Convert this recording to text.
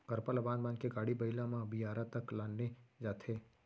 करपा ल बांध बांध के गाड़ी बइला म बियारा तक लाने जाथे